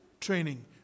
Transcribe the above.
training